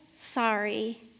sorry